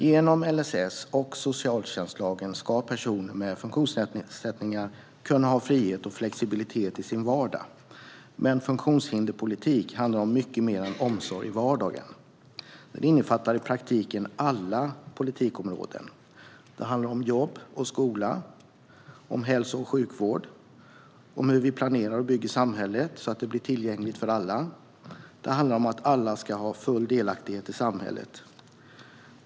Genom LSS och socialtjänstlagen ska personer med funktionsnedsättningar kunna ha frihet och flexibilitet i sin vardag. Men funktionshinderspolitik handlar om mycket mer än omsorg i vardagen. Den innefattar i praktiken alla politikområden. Det handlar om jobb och skola, om hälso och sjukvård och om hur vi planerar och bygger samhället så att det blir tillgängligt för alla. Det handlar om att alla ska ha full delaktighet i samhället.